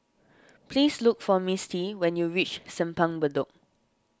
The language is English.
please look for Misti when you reach Simpang Bedok